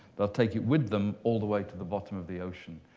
they'll take it with them all the way to the bottom of the ocean,